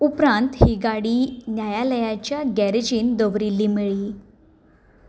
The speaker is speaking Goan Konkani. उपरांत ही गाडी न्यायालयाच्या गॅरेजींत दवरिल्ली मेळ्ळी